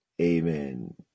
Amen